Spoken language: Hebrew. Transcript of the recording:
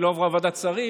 כי היא לא עברה ועדת שרים,